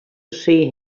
see